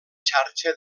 xarxa